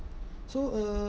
so uh~